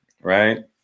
right